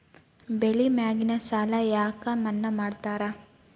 ಬೆಳಿ ಮ್ಯಾಗಿನ ಸಾಲ ಯಾಕ ಮನ್ನಾ ಮಾಡ್ತಾರ?